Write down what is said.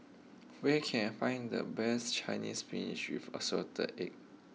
where can I find the best Chinese spinach with assorted eggs